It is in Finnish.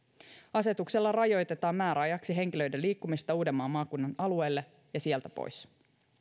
asetuksella rajoitetaan määräajaksi henkilöiden liikkumista uudenmaan maakunnan alueelle ja sieltä pois